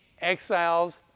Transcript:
exiles